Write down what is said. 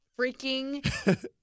freaking